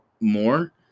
more